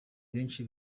benshi